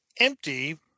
empty